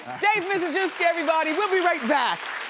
dave mizejewski everybody. we'll be right back!